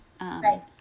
Right